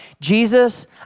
Jesus